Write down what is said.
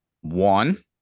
One